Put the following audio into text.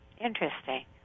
Interesting